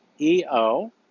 EO